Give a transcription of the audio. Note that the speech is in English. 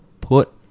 put